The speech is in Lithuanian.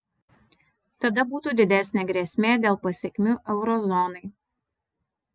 tada būtų didesnė grėsmė dėl pasekmių euro zonai